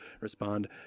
respond